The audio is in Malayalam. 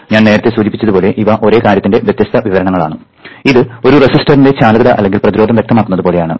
ഞാൻ നേരത്തെ സൂചിപ്പിച്ചതുപോലെ ഇവ ഒരേ കാര്യത്തിന്റെ വ്യത്യസ്ത വിവരണങ്ങളാണ് ഇത് ഒരു റെസിസ്റ്ററിന്റെ ചാലകത അല്ലെങ്കിൽ പ്രതിരോധം വ്യക്തമാക്കുന്നത് പോലെയാണ്